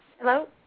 Hello